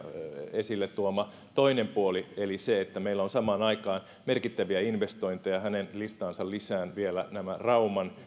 esille tuoma toinen puoli eli se että meillä on samaan aikaan merkittäviä investointeja hänen listaansa lisään vielä rauman